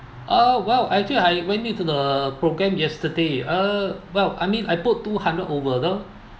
uh well I think I went into the programme yesterday uh well I mean I put two hundred over